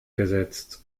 gesetzt